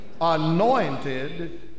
anointed